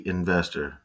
Investor